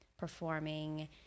performing